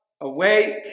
Awake